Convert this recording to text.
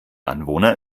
anwohner